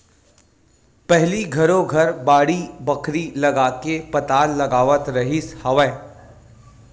पहिली घरो घर बाड़ी बखरी लगाके पताल लगावत रिहिस हवय